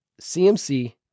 CMC